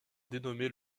dénommé